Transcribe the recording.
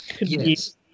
Yes